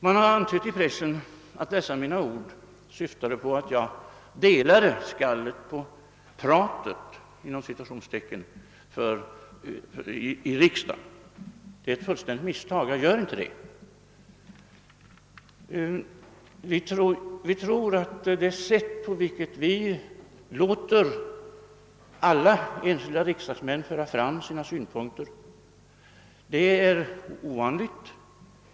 Man har antytt i pressen att (dessa mina ord syftade på att jag delade skallet på »pratet« i riksdagen. Det är ett fullständigt misstag. Jag gör inte det. Det sätt på vilket vi låter alla enskilda riksdagsmän föra fram sina synpunkter är ovanligt.